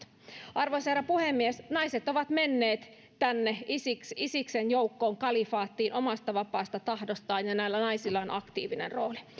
arvoisa herra puhemies naiset ovat menneet isiksen isiksen joukkoon kalifaattiin omasta vapaasta tahdostaan ja näillä naisilla on aktiivinen rooli